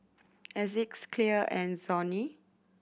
Asics Clear and Sony